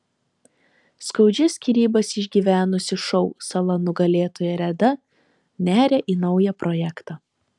skaudžias skyrybas išgyvenusi šou sala nugalėtoja reda neria į naują projektą